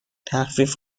تخفیف